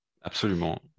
Absolument